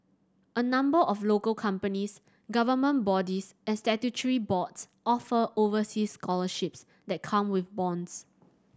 a number of local companies government bodies and statutory boards offer overseas scholarships that come with bonds